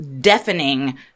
deafening